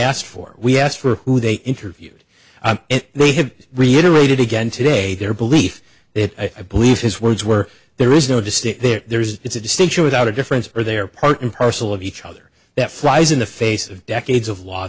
asked for we asked for who they interviewed and they have reiterated again today their belief that i believe his words were there is no distinct there's it's a distinction without a difference for their part and parcel of each other that flies in the face of decades of law